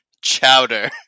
Chowder